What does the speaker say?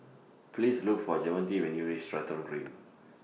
Please Look For Javonte when YOU REACH Stratton Green